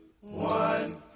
one